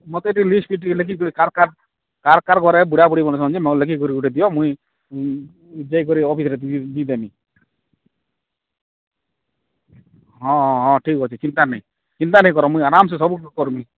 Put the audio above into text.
ମୋତେ ଟିକେ ଲିଷ୍ଟ ଟିକେ ଲେଖିକରି କାହାର କାହାର କାହାର କାହାର ଘରେ ବୁଢ଼ା ବୁଢ଼ୀ ମଣିଷ ଅଛନ୍ତି ଲେଖିକରି ଗୁଟେ ଦିଅ ମୁଇଁ ଯାଇକରି ଅଫିସ୍ରେ ଦି ଦେମି ହଁ ହଁ ଠିକ ଅଛି ଚିନ୍ତା ନାଇଁ ଚିନ୍ତା ନାଇଁ କର ମୁଇଁ ଆରମ୍ସେ ସବୁ କର୍ମି